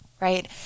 right